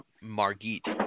Margit